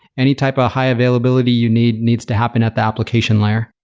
any type of high-availability you need needs to happen at the application layer.